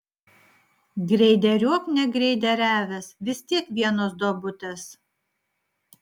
greideriuok negreideriavęs vis tiek vienos duobutės